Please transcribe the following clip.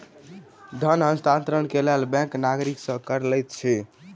धन हस्तांतरण के लेल बैंक नागरिक सॅ कर लैत अछि